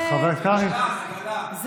חבר הכנסת קרעי,